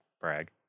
brag